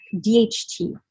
dht